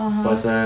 (uh huh)